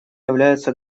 являются